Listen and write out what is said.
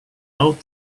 out